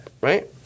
Right